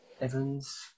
Evans